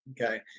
Okay